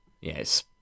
Yes